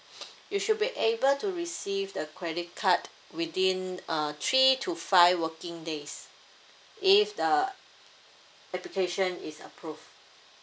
you should be able to receive the credit card within uh three to five working days if the application is approved